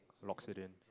locks it in